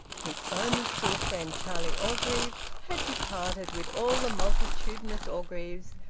his only school-friend, charlie orgreave, had departed, with all the multitudinous orgreaves,